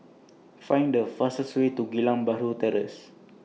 Find The fastest Way to Geylang Bahru Terrace